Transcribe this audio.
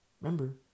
Remember